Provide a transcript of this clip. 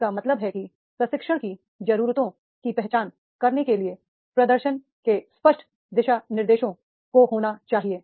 इसका मतलब है कि प्रशिक्षण की जरूरतों की पहचान करने के लिए प्रदर्शन के स्पष्ट दिशानिर्देशों को होना चाहिए